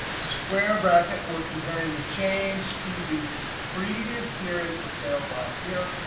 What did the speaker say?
square bracket and we're comparing the change to the previous periods of sales last year,